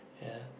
ya